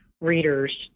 readers